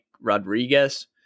Rodriguez